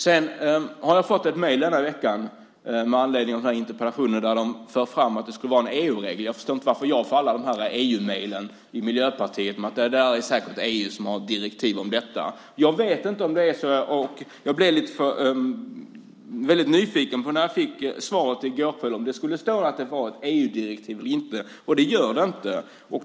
Med anledning av interpellationen har jag den här veckan fått ett mejl där man för fram att detta skulle vara en EU-regel. Jag förstår inte varför jag är den i Miljöpartiet som får alla EU-mejlen. Man skriver att det säkert är EU som har något direktiv om detta. Jag vet inte om det är så. Jag var väldigt nyfiken på svaret, som jag fick i går kväll: Skulle det stå att det var ett EU-direktiv eller inte? Nu gör det inte det.